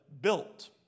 built